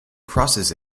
crosses